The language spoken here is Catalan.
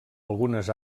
algunes